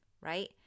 right